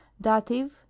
dative